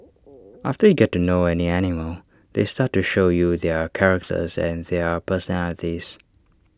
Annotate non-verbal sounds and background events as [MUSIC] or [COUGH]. [NOISE] after you get to know any animal they start to show you their characters and their personalities